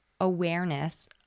awareness